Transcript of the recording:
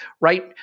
right